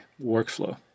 workflow